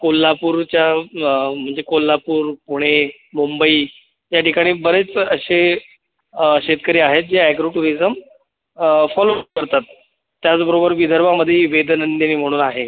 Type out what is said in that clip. कोल्हापूरच्या म्हणजे कोल्हापूर पुणे मुंबई याठिकाणी बरेच असे शेतकरी आहेत जे अॅग्रो टुरिजम फॉलो करतात त्याचबरोबर विदर्भामध्येही वेदनंदिनी म्हणून आहे